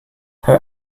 her